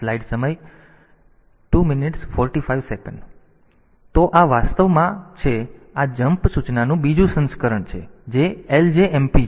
તો આ વાસ્તવમાં આ છે અને આ આ જમ્પ સૂચનાનું બીજું સંસ્કરણ છે જે ljmp છે